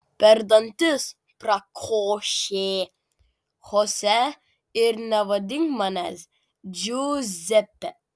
per dantis prakošė chose ir nevadink manęs džiuzepe